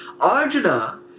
Arjuna